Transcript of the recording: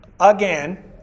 again